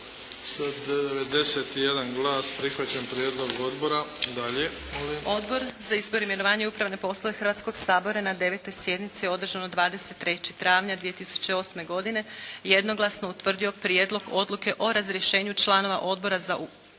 molim. **Majdenić, Nevenka (HDZ)** Odbor za izbor, imenovanja i upravne poslove Hrvatskoga sabora na 9. sjednici održanoj 23. travnja 2008. godine jednoglasno utvrdio Prijedlog odluke o razrješenju člana Odbora za unutarnju